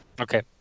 Okay